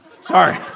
Sorry